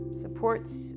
supports